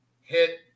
hit